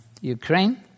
Ukraine